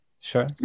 Sure